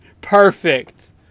Perfect